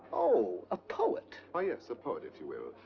oh, a poet! oh yes, a poet if you will.